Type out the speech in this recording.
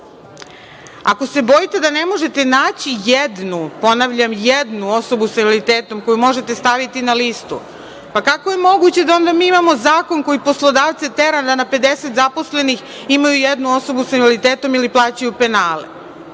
se bojite da ne možete naći jednu, ponavljam, jednu osobu sa invaliditetom koju možete staviti na listu, pa kako je moguće da mi onda imamo zakon koji poslodavce tera da na 50 zaposlenih imaju jednu osobu sa invaliditetom ili plaćaju penale? Dakle,